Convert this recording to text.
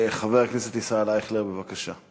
חבר הכנסת ישראל אייכלר, בבקשה.